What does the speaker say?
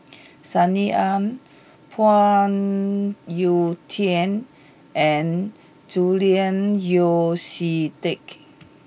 Sunny Ang Phoon Yew Tien and Julian Yeo See Teck